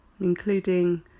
Including